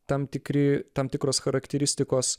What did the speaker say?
tam tikri tam tikros charakteristikos